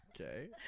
okay